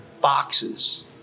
boxes